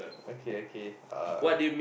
okay okay uh